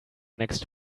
next